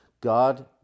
God